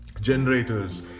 generators